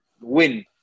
win